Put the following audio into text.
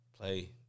play